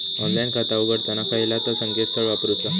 Online खाता उघडताना खयला ता संकेतस्थळ वापरूचा?